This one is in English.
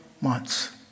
months